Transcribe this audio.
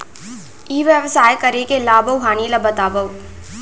ई व्यवसाय करे के लाभ अऊ हानि ला बतावव?